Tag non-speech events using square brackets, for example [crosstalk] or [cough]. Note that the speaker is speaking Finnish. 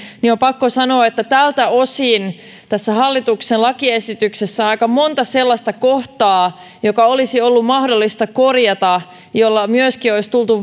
on pakko sanoa että tältä osin tässä hallituksen lakiesityksessä on aika monta sellaista kohtaa jotka olisi ollut mahdollista korjata siten olisi myöskin tultu [unintelligible]